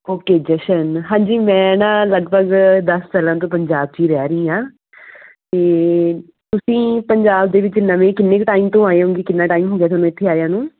okay Jashan ਹਾਂਜੀ ਮੈਂ ਨਾ ਲਗਭਗ ਦਸ ਸਾਲਾਂ ਤੋਂ ਪੰਜਾਬ 'ਚ ਹੀ ਰਹਿ ਰਹੀ ਹਾਂ ਅਤੇ ਤੁਸੀਂ ਪੰਜਾਬ ਦੇ ਵਿੱਚ ਨਵੇਂ ਕਿੰਨੇ ਕੁ ਟਾਈਮ ਤੋਂ ਆਏ ਓਂਗੇ ਕਿੰਨਾ ਟਾਈਮ ਹੋ ਗਿਆ ਤੁਹਾਨੂੰ ਇੱਥੇ ਆਇਆ ਨੂੰ